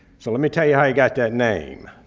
so let me tell you how he got that name.